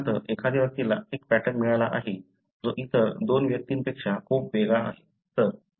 उदाहरणार्थ एखाद्या व्यक्तीला एक पॅटर्न मिळाला आहे जो इतर दोन व्यक्तींपेक्षा खूप वेगळा आहे